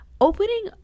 opening